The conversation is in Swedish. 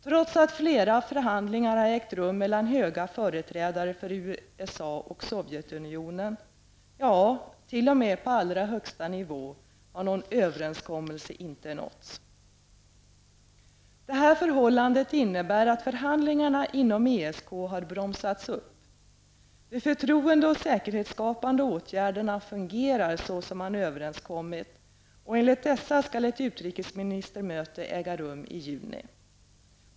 Trots att flera förhandlingar har ägt rum mellan höga företrädare för USA och Sovjetunionen -- t.o.m. på allra högsta nivå -- har någon överenskommelse inte nåtts. Det här förhållandet innebär att förhandlingarna inom ESK har bromsats upp. De förtroende och säkerhetsskapande åtgärderna fungerar så som överenskommits. Enligt dessa skall ett utrikesministermöte äga rum i juni.